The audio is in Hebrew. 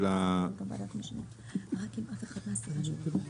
אני רק אחזור ואסכם בקצרה את מה שאמרתי: